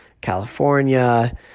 California